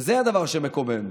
וזה הדבר שמקומם,